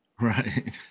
Right